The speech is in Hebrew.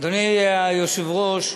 אדוני היושב-ראש,